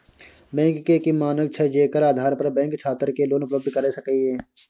Bank के की मानक छै जेकर आधार पर बैंक छात्र के लोन उपलब्ध करय सके ये?